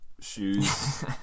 Shoes